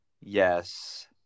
Yes